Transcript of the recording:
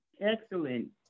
excellent